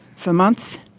for months.